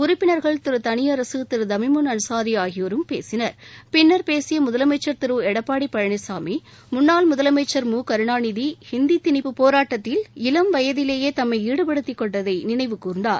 உறுப்பினர்கள் தனியரசு தமிமுன் அன்சாரி ஆகியோரும் பேசினர் பின்னர் பேசிய முதலமைச்சர் திரு எடப்பாடி பழனிசாமி முன்னாள் முதலமைச்சா் முகருணாநிதி இந்தி திணிப்பு போராட்டத்தில் இளம் வயதிலேயே தம்மை ஈடுபடுத்திக் கொண்டதை நினைவு கூர்ந்தனர்